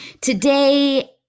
Today